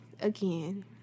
again